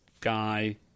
guy